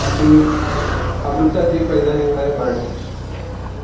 अशी अमृताची पैजा जिंकणारी मराठी भाषा